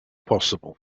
possible